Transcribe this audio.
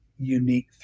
unique